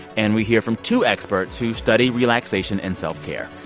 and we hear from two experts who study relaxation and self-care.